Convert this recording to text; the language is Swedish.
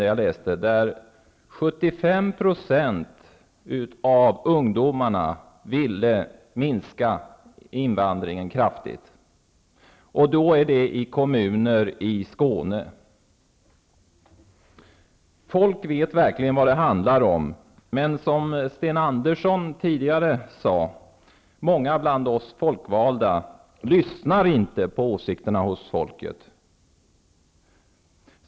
Där framgår att 75 % av ungdomarna vill minska invandringen kraftigt. Detta gäller kommuner i Folk vet verkligen vad det handlar om. Men många bland oss folkvalda lyssnar inte på åsikterna hos folket, som Sten Andersson i Malmö tidigare sade.